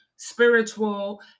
spiritual